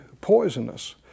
poisonous